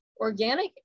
organic